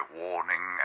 warning